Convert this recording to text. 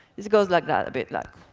it goes like that a bit. like